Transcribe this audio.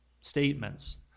statements